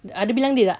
ada bilang dia tak